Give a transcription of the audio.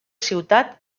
ciutat